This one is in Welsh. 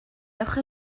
ewch